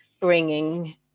bringing